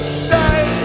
stay